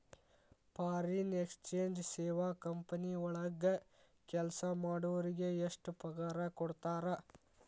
Foreign exchange ಸೇವಾ company ವಳಗ್ ಕೆಲ್ಸಾ ಮಾಡೊರಿಗೆ ಎಷ್ಟ್ ಪಗಾರಾ ಕೊಡ್ತಾರ?